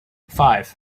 five